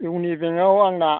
इउनि बेंकआव आंना